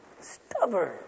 stubborn